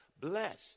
blessed